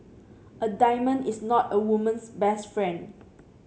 a diamond is not a woman's best friend